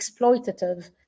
exploitative